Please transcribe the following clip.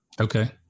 Okay